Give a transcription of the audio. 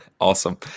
Awesome